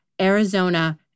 Arizona